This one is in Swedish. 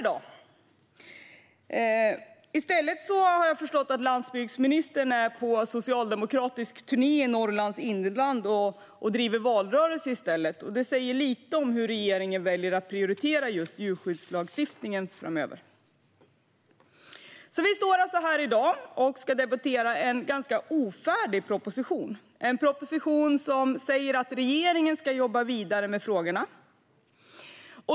Jag har förstått att landsbygdsministern i stället är på socialdemokratisk turné i Norrlands inland och driver valrörelse. Det säger lite om hur regeringen väljer att prioritera när det gäller djurskyddslagstiftningen framöver. Vi står alltså här i dag och ska debattera en ganska ofärdig proposition - en proposition som säger att regeringen ska jobba vidare med frågorna.